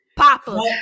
Papa